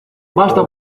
basta